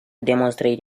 demonstrate